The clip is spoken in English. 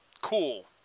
cool